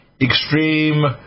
extreme